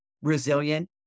resilient